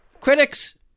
critics